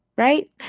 Right